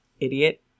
Idiot